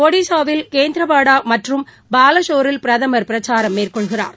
ஒடிஸாவில் கேந்த்ரபாடா மற்றும் பாலஷோரில் பிரதமர் பிரச்சாரம் மேற்கொள்கிறார்